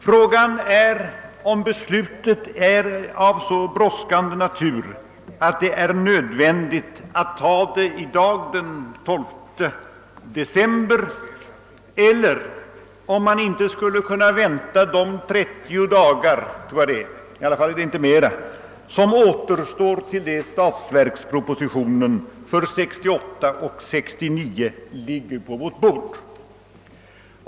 Frågan är om beslutet är av så brådskande natur att det är nödvändigt att fatta det i dag, den 12 december, eller om man inte skulle kunna vänta de 30 dagar — det är i varje fall inte fråga om längre tid — som återstår till dess att statsverkspropositionen för budgetåret 1968/69 ligger på riksdagens bord.